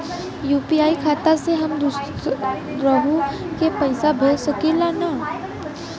UPI खाता से हम दुसरहु के पैसा भेज सकीला की ना?